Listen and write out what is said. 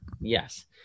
Yes